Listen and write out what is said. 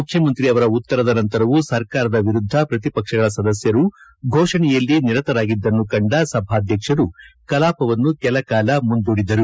ಮುಖ್ಯಮಂತ್ರಿ ಅವರ ಉತ್ತರದ ನಂತರವೂ ಸರ್ಕಾರದ ವಿರುದ್ದ ಪ್ರತಿಪಕ್ಷಗಳ ಸದಸ್ಯರು ಫೋಷಣೆಯಲ್ಲಿ ನಿರತರಾಗಿದ್ದನ್ನು ಕಂಡ ಸಭಾಧ್ಯಕ್ಷರು ಕಲಾಪವನ್ನು ಕೆಲಕಾಲ ಮುಂದೂಡಿದರು